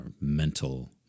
mental